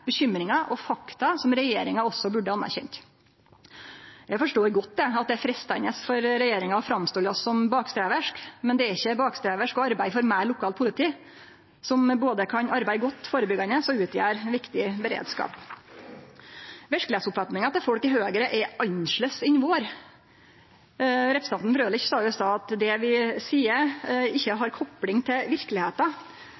og formidlar bekymringar og fakta som regjeringa også burde anerkjenne. Eg forstår godt at det er freistande for regjeringa å framstille oss som bakstreverske, men det er ikkje bakstreversk å arbeide for meir lokalt politi, som både kan arbeide godt førebyggjande og utgjere viktig beredskap. Verkelegheitsoppfatninga til folk i Høgre er annleis enn vår. Representanten Frølich sa jo i stad at det vi